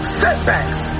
setbacks